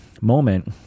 moment